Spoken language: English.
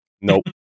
Nope